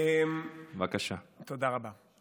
אתה שומע אותי שם?